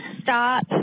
Stop